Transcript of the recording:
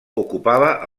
ocupava